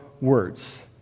words